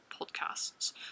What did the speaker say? podcasts